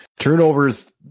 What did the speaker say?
Turnovers